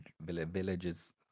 villages